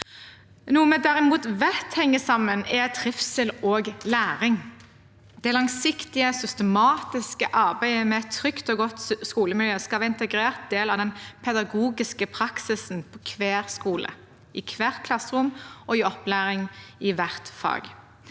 Noe vi derimot vet henger sammen, er trivsel og læring. Det langsiktige, systematiske arbeidet med et trygt og godt skolemiljø skal være en integrert del av den pedagogiske praksisen på hver skole, i hvert klasserom og i opplæring i hvert fag.